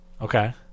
okay